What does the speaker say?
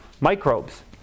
microbes